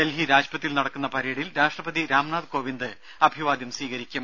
ഡൽഹി രാജ്പഥിൽ നടക്കുന്ന പരേഡിൽ രാഷ്ട്രപതി രാം നാഥ് കോവിന്ദ് അഭിവാദ്യം സ്വീകരിക്കും